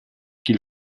qu’il